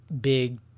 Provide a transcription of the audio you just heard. big